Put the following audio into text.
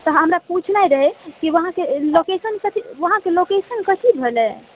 तऽ हमरा पूछनाइ रहै कि वहाँके लोकेशन कथि वहाँके लोकेशन कथि भेलै